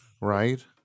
Right